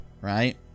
right